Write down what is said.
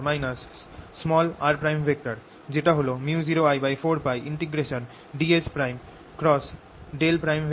r r